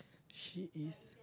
she is